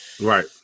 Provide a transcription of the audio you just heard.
Right